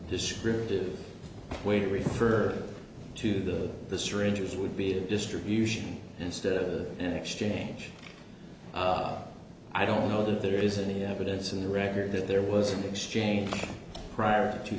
descriptive way to refer to the syringes would be to distribution instead of the an exchange i don't know that there is any evidence in the record that there was an exchange prior to two